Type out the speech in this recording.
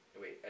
Wait